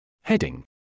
Heading